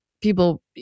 people